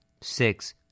six